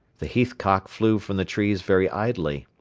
the heathcock flew from the trees very idly,